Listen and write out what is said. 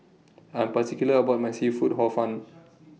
I'm particular about My Seafood Hor Fun